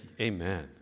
amen